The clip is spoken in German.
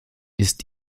ist